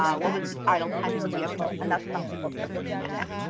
what was the idle time per vehicle? and that's something we'll start looking at next.